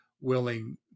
willing